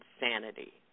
insanity